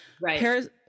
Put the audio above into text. Right